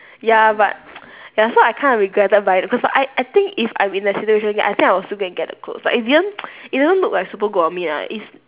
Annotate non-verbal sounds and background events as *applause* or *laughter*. ya but ya so I kinda regretted buying it because like I I think if I'm in that situation I think I'll still go and get the clothes but it didn't *noise* it didn't look like super good on me lah it's